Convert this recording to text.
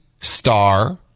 Star